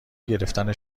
گرفتن